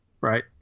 right